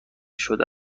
شده